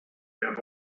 have